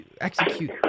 execute